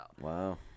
Wow